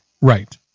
Right